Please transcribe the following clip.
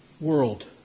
world